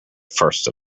first